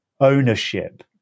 ownership